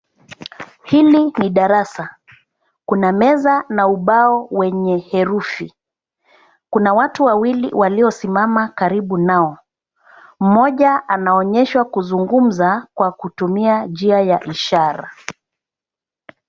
Hili ni darasa, kuna meza na ubao wenye herufi. Kuna watu wawili waliosimama karibu nao. Mmoja anaonyeshwa kuzungumza kwa kutumia njia ya ishara.